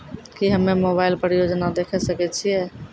की हम्मे मोबाइल पर योजना देखय सकय छियै?